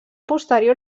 posterior